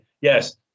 yes